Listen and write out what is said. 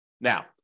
Now